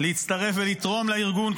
להצטרף ולתרום לארגון,